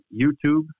YouTube